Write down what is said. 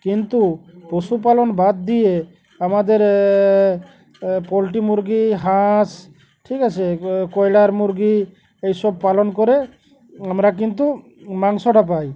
কিন্তু পশুপালন বাদ দিয়ে আমাদের পোলট্রি মুরগি হাঁস ঠিক আছে কয়লার মুরগি এইসব পালন করে আমরা কিন্তু মাংসটা পাই